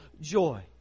joy